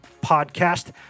podcast